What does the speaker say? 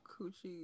Coochie